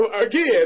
Again